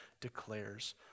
declares